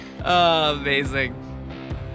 amazing